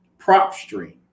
PropStream